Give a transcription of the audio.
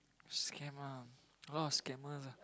scam ah a lot of scammers lah